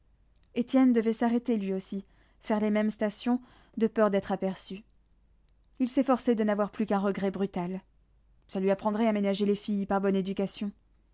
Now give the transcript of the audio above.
étienne devait s'arrêter lui aussi faire les mêmes stations de peur d'être aperçu il s'efforçait de n'avoir plus qu'un regret brutal ça lui apprendrait à ménager les filles par bonne éducation